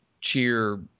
cheer